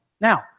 Now